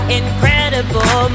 incredible